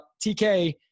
TK